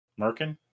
Merkin